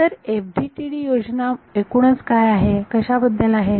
तर FDTD योजना एकूणच काय आहे कशाबद्दल आहे